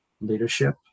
leadership